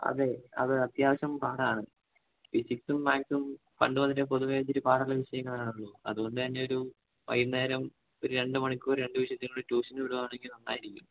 അതെ അത് അത്യാവശ്യം പാടാണ് ഫിസിക്സും മാത്സും പണ്ട് മുതലേ പൊതുവെ ഇച്ചിരി പാടുള്ള വിഷയങ്ങൾ ആണല്ലോ അതുകൊണ്ട് തന്നെ ഒരു വൈകുന്നേരം ഒരു രണ്ട് മണിക്കൂറ് രണ്ട് വിഷയത്തിനുംകൂടി ട്യൂഷന് വിടുകയാണെങ്കിൽ നന്നായിരിക്കും